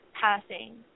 passing